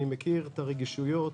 אני מכיר את הרגישויות,